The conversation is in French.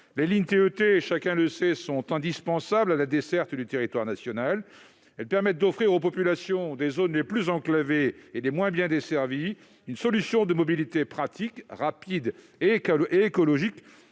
les lignes desservies par les TET sont indispensables à la desserte du territoire national. Elles offrent aux populations des zones les plus enclavées et les moins bien desservies une solution de mobilité pratique, rapide et écologique.